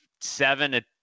seven